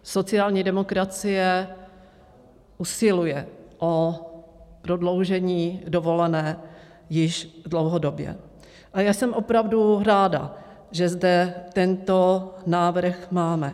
Sociální demokracie usiluje o prodloužení dovolené již dlouhodobě a já jsem opravdu ráda, že zde tento návrh máme.